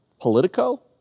Politico